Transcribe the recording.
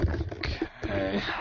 Okay